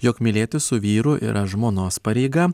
jog mylėtis su vyru yra žmonos pareiga